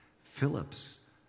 phillips